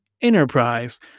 Enterprise